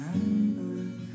remember